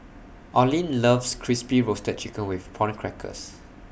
Olene loves Crispy Roasted Chicken with Prawn Crackers